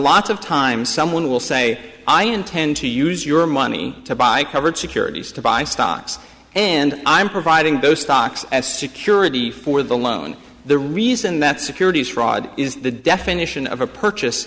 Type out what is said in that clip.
lots of times someone will say i intend to use your money to buy covered securities to buy stocks and i'm providing those stocks as security for the loan the reason that securities fraud is the definition of a purchase